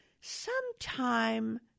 sometime